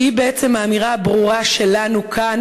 שהיא בעצם האמירה הברורה שלנו כאן